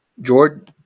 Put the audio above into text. George